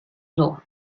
ظهر